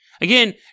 Again